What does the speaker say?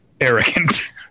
arrogant